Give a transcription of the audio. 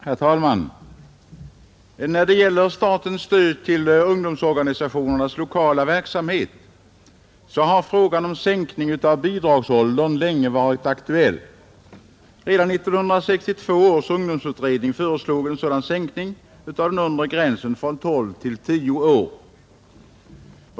Herr talman! När det gäller statens stöd till ungdomsorganisationernas lokala verksamhet har frågan om sänkning av bidragsåldern länge varit aktuell. Redan 1962 års ungdomsutredning föreslog en sådan sänkning av den nedre gränsen från tolv till tio år.